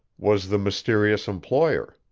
was the mysterious employer.